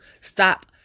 stop